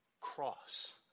cross